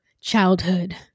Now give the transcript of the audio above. childhood